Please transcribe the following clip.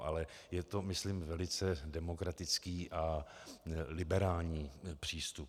Ale je to myslím velice demokratický a liberální přístup.